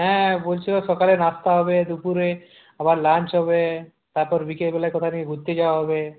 হ্যাঁ হ্যাঁ বলছিলো সকালে নাস্তা হবে দুপুরে আবার লাঞ্চ হবে তারপর বিকালবেলায় কোথায় নাকি ঘুরতে যাওয়া হবে